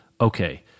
Okay